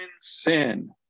sin